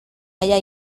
haya